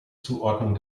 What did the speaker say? zuordnung